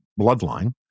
bloodline